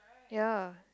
ya